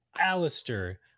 Alistair